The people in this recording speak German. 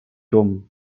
dumm